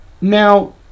Now